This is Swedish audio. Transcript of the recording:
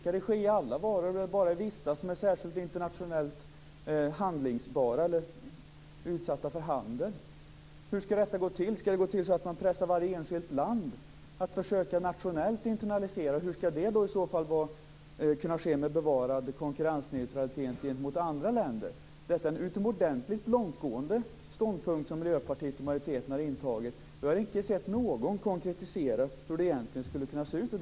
Skall det ske i fråga om alla varor eller bara i fråga om vissa, som är utsatta för internationell handel? Hur skall det gå till? Skall man pressa varje enskilt land att nationellt försöka internalisera? Hur skall det i så fall kunna ske med bevarad konkurrensneutralitet gentemot andra länder? Det är en utomordentligt långtgående ståndpunkt som Miljöpartiet och majoriteten har intagit. Vi har inte sett någon konkretisering av hur det egentligen skulle kunna se ut.